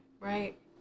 right